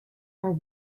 are